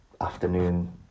afternoon